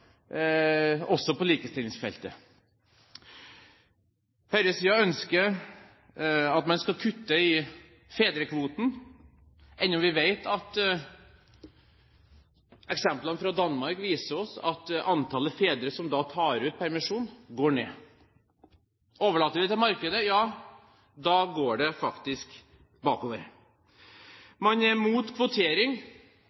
også på likestillingsfeltet. Høyresiden ønsker at man skal kutte i fedrekvoten, enda vi vet at eksemplene fra Danmark viser oss at antallet fedre som da tar ut permisjon, går ned. Overlater vi det til markedet, går det faktisk bakover.